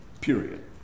period